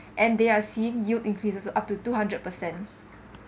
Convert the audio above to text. and they are seeing yield increases up to two hundred percent